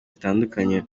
zitandukanye